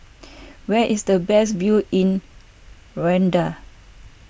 where is the best view in Rwanda